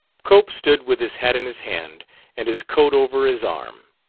cope stood with his hat in his hand and his coat over his arm.